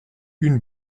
une